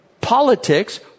politics